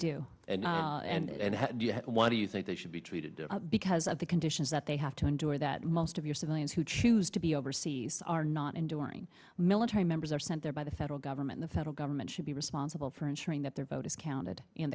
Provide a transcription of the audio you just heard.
do and and why do you think they should be treated because of the conditions that they have to endure that most of your civilians who choose to be overseas are not and during military members are sent there by the federal government the federal government should be responsible for ensuring that their vote is counted and